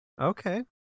Okay